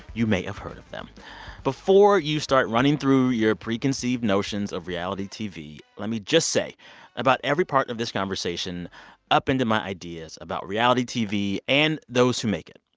you may have heard of them before you start running through your preconceived notions of reality tv, let me just say about every part of this conversation upended my ideas about reality tv and those who make it.